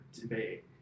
debate